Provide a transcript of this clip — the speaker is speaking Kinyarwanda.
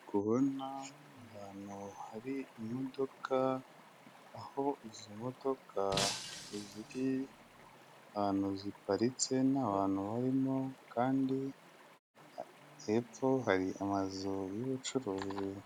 Aho ubona, ni ahantu hari imodoka; aho izi modoka ziri, ahantu ziparitse nta bantu barimo kandi hepfo hari amazu y'ubucuruzi.